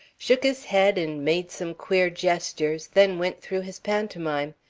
shook his head and made some queer gestures, then went through his pantomime.